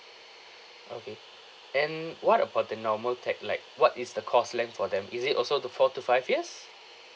okay and what about the normal tech like what is the course length for them is it also to four to five years